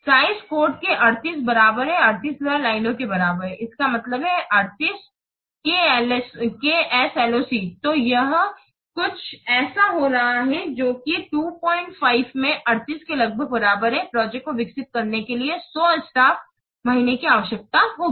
size code के 38 बराबर 38000 लाइनों के बराबर है इसका मतलब है 38 K S L O C ३8 kSLOC तो यह कुछ ऐसा हो रहा है जो कि 25 में 38 के लगभग बराबर है प्रोजेक्ट को विकसित करने के लिए 100 स्टाफ महीने की आवश्यकता होगी